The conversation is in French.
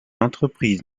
entreprise